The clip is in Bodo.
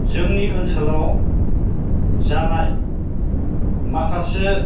जोंनि ओनसोलाव जानाय माखासे